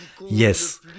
Yes